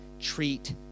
treat